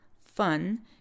fun